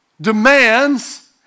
demands